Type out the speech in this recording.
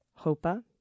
Hopa